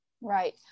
Right